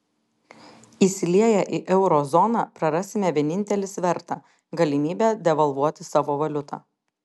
įsilieję į euro zoną prarasime vienintelį svertą galimybę devalvuoti savo valiutą